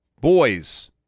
boys